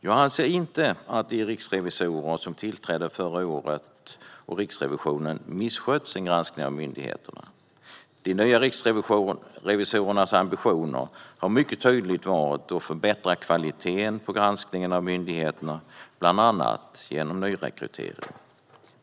Jag anser inte att de riksrevisorer som tillträdde förra året eller Riksrevisionen har misskött sin granskning av myndigheterna. De nya riksrevisorernas ambitioner har mycket tydligt varit att förbättra kvaliteten på granskningen av myndigheterna, bland annat genom nyrekrytering.